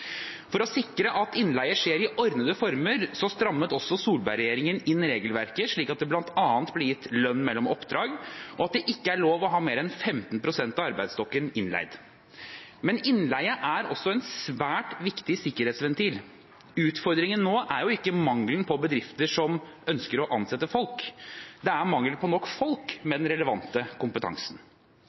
For å sikre at innleie skjer i ordnede former, strammet også Solberg-regjeringen inn regelverket slik at det bl.a. ble gitt lønn mellom oppdrag, og at det ikke er lov å ha mer enn 15 pst. av arbeidsstokken innleid. Men innleie er også en svært viktig sikkerhetsventil. Utfordringen nå er ikke mangelen på bedrifter som ønsker å ansette folk, det er mangelen på nok folk med den relevante kompetansen.